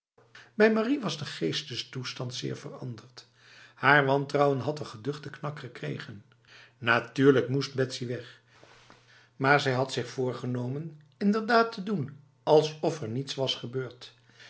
bij marie was de geestestoestand zeer veranderd haar wantrouwen had een geduchte knak gekregen natuurlijk moest betsy weg maar zij had zich voorgenomen inderdaad te doen alsof er niets was gebeurd